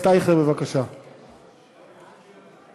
חוק ומשפט לקראת הכנה